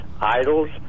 idols